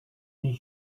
die